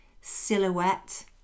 silhouette